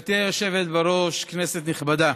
גברתי היושבת בראש, כנסת נכבדה,